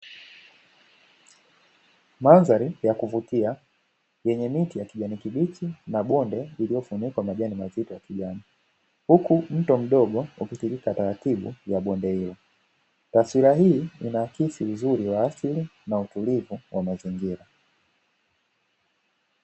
Mandhari ya kuvutia yenye miti ya kijani kibichi na bonde lililofunikwa majani mazito ya kijani, huku mto mdogo ukitiririka taratibu ya bonde hilo. Taswira hii inaakisi uzuri wa asili na utulivu na mazingira.